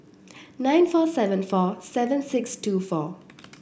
nine four seven four seven six two four